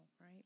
right